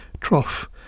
trough